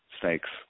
Snakes